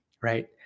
right